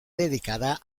dedicada